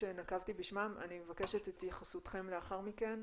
שנקבתי בשמם אני מבקשת את התייחסותכם לאחר מכן,